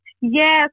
Yes